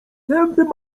tępym